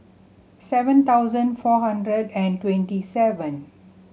seven thousand four hundred and twenty seven